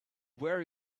where